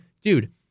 dude